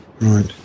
Right